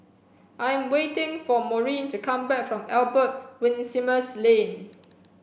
I am waiting for Maurine to come back from Albert Winsemius Lane